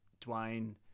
Dwayne